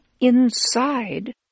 inside